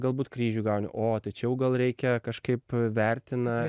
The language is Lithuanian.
galbūt kryžių gauni o tai čia jau gal reikia kažkaip vertina